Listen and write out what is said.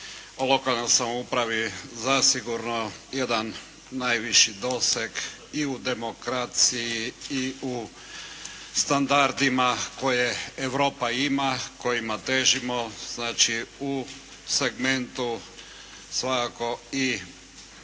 lokalnoj samoupravi zasigurno jedan najviši doseg i u demokraciji i u standardima koje Europa ima, kojima težimo. Znači, u segmentu svakako i